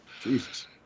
Jesus